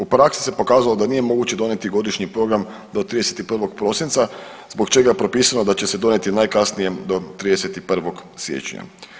U praksi se pokazalo da nije moguće donijeti godišnji program do 31. prosinca zbog čega je propisano da će donijeti najkasnije do 31. siječnja.